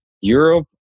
Europe